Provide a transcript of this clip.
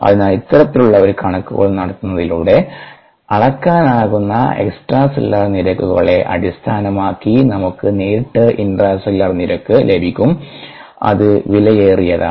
അതിനാൽ ഇത്തരത്തിലുള്ള ഒരു കണക്കുകൾ നടത്തുന്നതിലൂടെ അളക്കാനാകുന്ന എക്സ്ട്രാസെല്ലുലാർ നിരക്കുകളെ അടിസ്ഥാനമാക്കി നമുക്ക് നേരിട്ട് ഇൻട്രാസെല്ലുലാർ നിരക്ക് ലഭിക്കും അത് വിലയേറിയതാണ്